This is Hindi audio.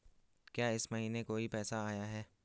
क्या इस महीने कोई पैसा आया है?